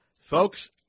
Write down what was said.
Folks